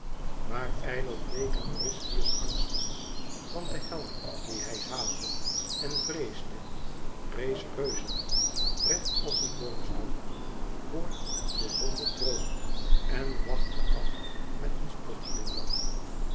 maar ijdel bleken eurystheus angsten want de held dien hij haatte en vreesde rees reuzig recht als een boomstam voor den ronden troon en wachtte af met een